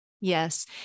yes